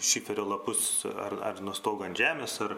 šiferio lapus ar ar nuo stogo ant žemės ar